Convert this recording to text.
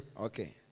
okay